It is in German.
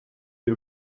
ihr